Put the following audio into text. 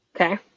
Okay